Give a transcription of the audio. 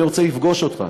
אני רוצה לפגוש אותך.